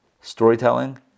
Storytelling